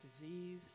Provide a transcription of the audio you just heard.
disease